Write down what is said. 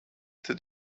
that